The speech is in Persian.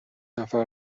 نفر